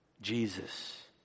Jesus